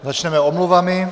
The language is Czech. Začneme omluvami.